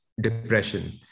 depression